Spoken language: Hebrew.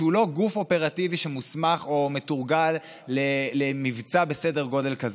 שהוא לא גוף אופרטיבי שמוסמך או מתורגל למבצע בסדר גודל כזה.